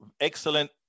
excellent